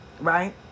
Right